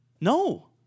No